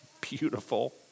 Beautiful